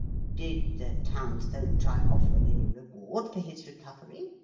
did the townsfolk try offering any reward for his recovery?